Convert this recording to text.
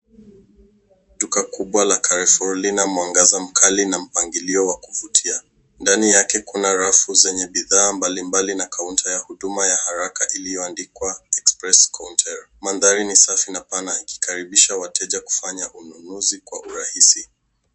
Duka kubwa la Carrefour lina mwangaza mkali na mpangilio wa kuvutia. Ndani yake kuna rafu zenye bidhaa mbalimbali na kaunta ya huduma ya haraka iliyoandikwa express counter . Mandhari ni safi na pana ikikaribisha wateja kufanya ununuzi kwa urahisi.